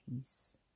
peace